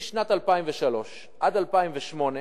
משנת 2003 עד 2008,